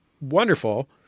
wonderful